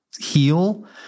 heal